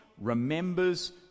remembers